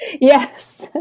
Yes